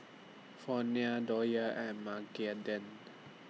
Fronia Dollye and Magdalen